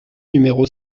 numéro